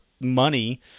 money